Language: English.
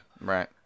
Right